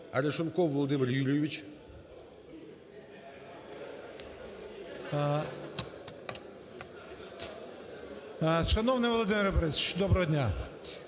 АрешонковВолодимир Юрійович.